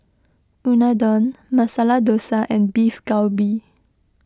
Unadon Masala Dosa and Beef Galbi